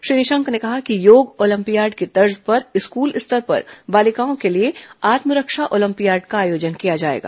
श्री निशंक ने कहा कि योग ओलंपियाड को तर्ज पर स्कल स्तर पर बालिकाओं के लिए आत्मरक्षा ओलंपियाड का आयोजन किया जाएगा